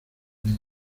ellas